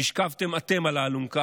נשכבתם אתם על האלונקה,